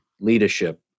leadership